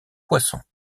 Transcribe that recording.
poissons